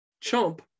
chump